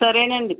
సరేనండి